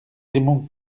raymond